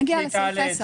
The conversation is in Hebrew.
לסעיף.